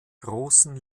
großen